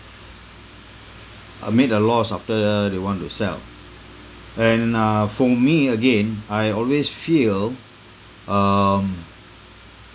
uh made a loss after they want to sell and uh for me again I always feel um